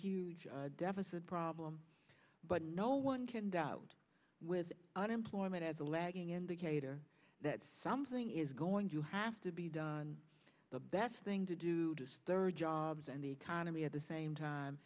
huge deficit problem but no one can doubt with unemployment at the lagging indicator that something is going to have to be done the best thing to do there are jobs and the economy at the same time